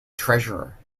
treasurer